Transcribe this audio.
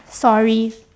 sorry